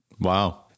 Wow